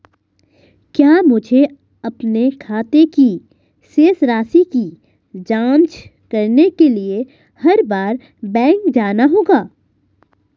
क्या मुझे अपने खाते की शेष राशि की जांच करने के लिए हर बार बैंक जाना होगा?